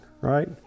right